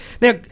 Now